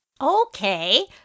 Okay